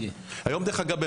היום דרך אגב,